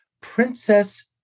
Princess